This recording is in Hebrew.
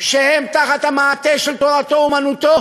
שהם תחת המעטה של תורתו-אומנותו,